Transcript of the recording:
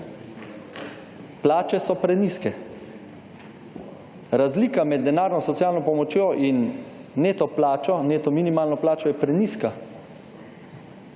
Plače so prenizke. Razlika med denarno socialno pomočjo in neto plačo, neto minimalno plačo je prenizka.